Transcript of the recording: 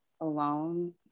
alone